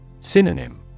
Synonym